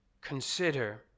Consider